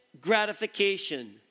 gratification